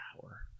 power